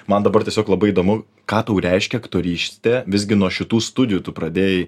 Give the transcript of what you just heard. man dabar tiesiog labai įdomu ką tau reiškia aktorystė visgi nuo šitų studijų tu pradėjai